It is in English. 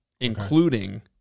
including